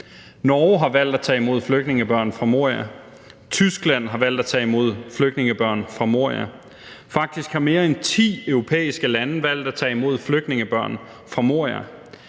Norge har valgt at tage imod flygtningebørn fra Moria, Tyskland har valgt at tage imod flygtningebørn fra Moria. Faktisk har mere end ti europæiske lande valgt at tage imod flygtningebørn fra Moria.